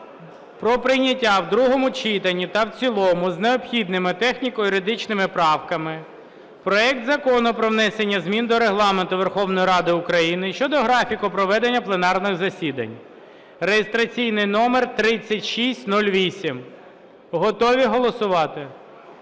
про прийняття в другому читанні та в цілому з необхідними техніко-юридичними правками проекту Закону про внесення змін до Регламенту Верховної Ради України щодо графіку проведення пленарних засідань (реєстраційний номер 3608). Готові голосувати?